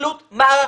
הסתכלות מערכתית.